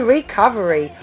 Recovery